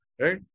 right